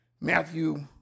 Matthew